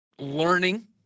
learning